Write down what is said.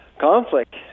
conflict